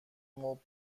مبل